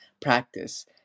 practice